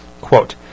Quote